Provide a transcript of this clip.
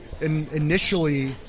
initially